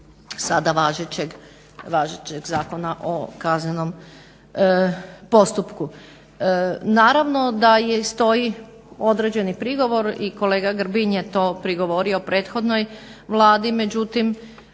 sada važećeg Zakona o kaznenom postupku. Naravno da stoji određeni prigovor i kolega Grbin je to prigovorio prethodnoj Vladi. Međutim,